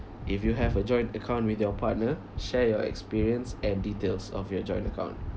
if you have a joint account with your partner share your experience and details of your joint account